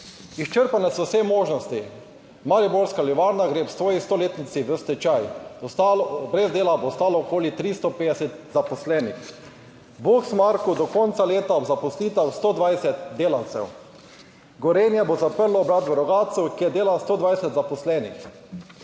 Izčrpane so vse možnosti: Mariborska livarna Maribor gre ob svoji 100. obletnici v stečaj. Brez dela bo ostalo okoli 350 zaposlenih. V Boxmarku do konca leta ob zaposlitev 120 delavcev. Gorenje bo zaprlo obrat v Rogatcu, kjer dela 120 zaposlenih.